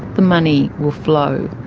the money will flow.